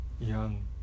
young